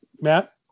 Matt